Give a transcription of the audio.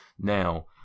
now